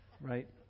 right